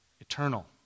eternal